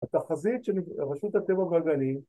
התחזית של רשות הטבע והגנים